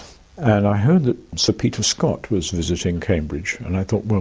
and i heard that sir peter scott was visiting cambridge and i thought,